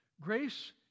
Grace